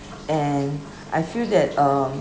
and I feel that um